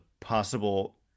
possible